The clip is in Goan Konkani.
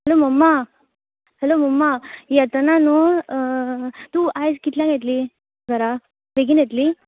हॅलो मम्मा हलो हलो मम्मा येताना न्हू तूं आयज कितल्याक येतली घरा बेगीन येतली